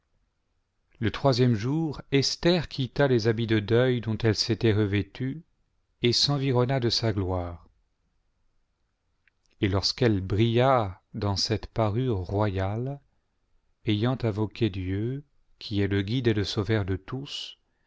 le troisième jour esther quitta les habits de deuil dont elle s'était revêtue et s'environna de sa gloire et lorsqu'elle brilla dans cette parure roj'ale ayant invoqué dieu qui est le guide et le sauveur de tous